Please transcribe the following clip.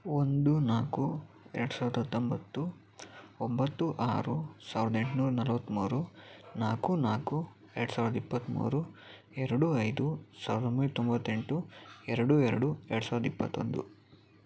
ಒಂದು ನಾಲ್ಕು ಎರಡುಸಾವ್ರದ ಹತ್ತೊಂಬತ್ತು ಒಂಬತ್ತು ಆರು ಸಾವ್ರದ ಎಂಟುನೂರು ನಲವತ್ತ್ಮೂರು ನಾಲ್ಕು ನಾಲ್ಕು ಎರಡುಸಾವ್ರದ ಇಪ್ಪತ್ತ್ಮೂರು ಎರಡು ಐದು ಸಾವಿರದೊಂಬೈನೂರ ತೊಂಬತ್ತೆಂಟು ಎರಡು ಎರಡು ಎರಡುಸಾವ್ರದ ಇಪ್ಪತ್ತೊಂದು